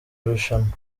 irushanwa